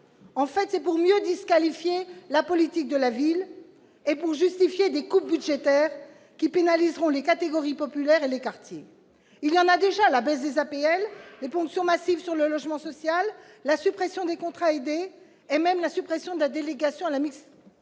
en a !-, pour mieux disqualifier la politique de la ville et justifier les coupes budgétaires qui pénaliseront les catégories populaires et les quartiers. Il y en a déjà : la baisse des APL, les ponctions massives sur le logement social, la suppression des contrats aidés et même la suppression de la délégation à la mixité